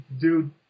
dude